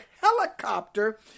helicopter